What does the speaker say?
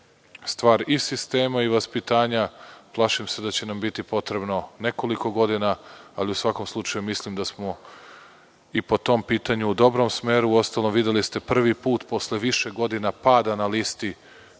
stvar i sistema i vaspitanja. Plašim se da će nam biti potrebno nekoliko godina, ali u svakom slučaju mislim da smo po tom pitanju u dobrom smeru. Videli ste posle više godina pad na listi,